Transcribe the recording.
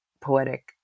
poetic